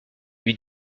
lui